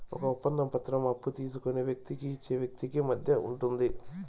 ఈ ఒప్పంద పత్రం అప్పు తీసుకున్న వ్యక్తికి ఇచ్చే వ్యక్తికి మధ్య ఉంటుంది